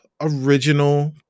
original